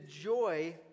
joy